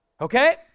okay